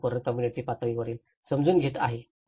तर हे संपूर्ण कॉम्युनिटी पातळीवरील समजून घेत आहे